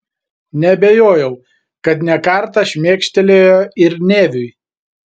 neabejojau kad ne kartą šmėkštelėjo ir neviui